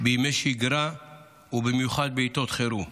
בימי שגרה ובמיוחד בעיתות חירום,